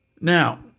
now